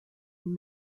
une